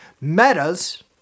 Meta's